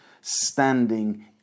standing